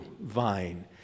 vine